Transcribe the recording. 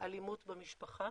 אלימות במשפחה,